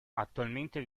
attualmente